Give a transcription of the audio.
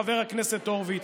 חבר הכנסת הורוביץ,